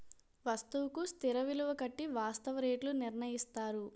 వస్తువుకు స్థిర విలువ కట్టి వాస్తవ రేట్లు నిర్ణయిస్తారు